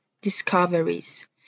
discoveries